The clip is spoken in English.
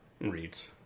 reads